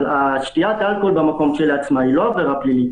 אבל שתיית האלכוהול במקום כשלעצמה היא לא עבירה פלילית.